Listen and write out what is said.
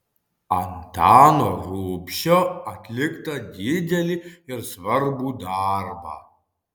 antano rubšio atliktą didelį ir svarbų darbą